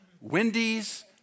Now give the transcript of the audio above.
Wendy's